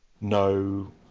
no